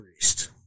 Priest